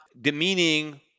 demeaning